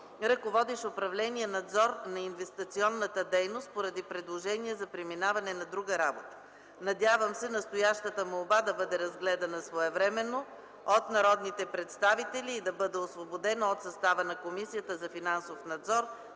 ръководещ управление „Надзор на инвестиционната дейност”, поради предложение за преминаване на друга работа. Надявам се настоящата молба да бъде разгледана своевременно от народните представители и да бъда освободена от състава на Комисията за финансов надзор.